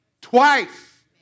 twice